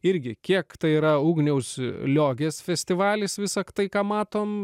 irgi kiek tai yra ugniaus liogės festivalis visa tai ką matom